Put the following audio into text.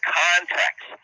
context